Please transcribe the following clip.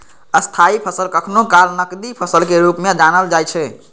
स्थायी फसल कखनो काल नकदी फसल के रूप मे जानल जाइ छै